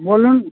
বলুন